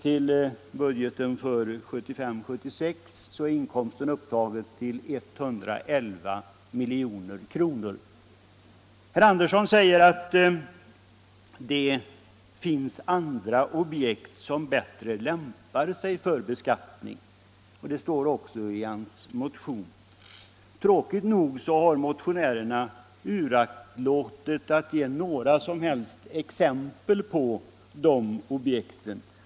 I budgeten för 1975/76 är inkomsten upptagen till 111 milj.kr. Herr Andersson säger att det finns andra objekt som bättre lämpar sig för beskattning. Det står också i hans motion. Tråkigt nog har motionärerna uraktlåtit att ge några som helst exempel på sådana objekt.